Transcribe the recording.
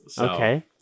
Okay